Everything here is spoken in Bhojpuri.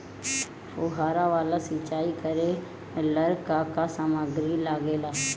फ़ुहारा वाला सिचाई करे लर का का समाग्री लागे ला?